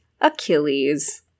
Achilles